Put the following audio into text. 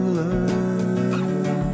learn